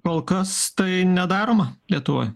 kol kas tai nedaroma lietuvoje